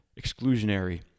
exclusionary